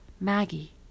Maggie